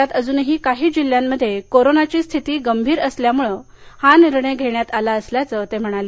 राज्यात अजूनही काही जिल्ह्यांमधे कोरोनाची स्थिती गंभीर असल्यामुळे हा निर्णय घेण्यात आला असल्याचं ते म्हणाले